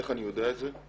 איך אני יודע את זה?